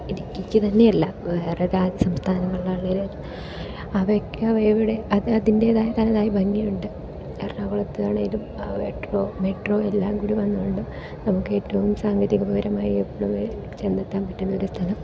ഇടുക്കിക്ക് തന്നെ അല്ല വേറെ സംസ്ഥാനങ്ങളിലാണെങ്കിലും അവയൊക്കെ അവയുടെ അതതിൻ്റേതായ തനതായ ഭംഗിയുണ്ട് എറകുളത്താണേലും മെട്രോ മെട്രോ എല്ലാം കൂടി വന്നത് കൊണ്ട് നമുക്ക് ഏറ്റവും സാങ്കേതിക പരമായി എപ്പോഴും ചെന്നെത്താൻ പറ്റുന്നോര് സ്ഥലം